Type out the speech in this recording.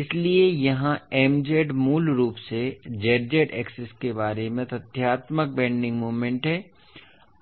इसलिए यहाँ Mz मूल रूप से z z एक्सिस के बारे में तथ्यात्मक बेन्डिंग मोमेंट है